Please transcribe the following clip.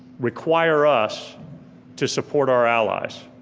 require us to support our allies.